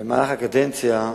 במהלך הקדנציה,